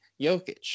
Jokic